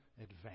advance